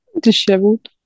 Disheveled